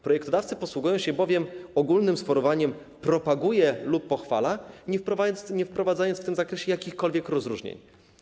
Projektodawcy posługują się bowiem ogólnym sformułowaniem „propaguje lub pochwala”, nie wprowadzając w tym zakresie jakichkolwiek rozróżnień.